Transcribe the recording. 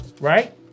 Right